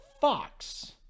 Fox